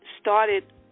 started